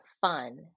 fun